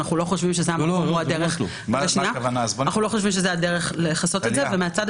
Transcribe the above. אנחנו לא חושבים שזאת הדרך לכסות את זה --- לא,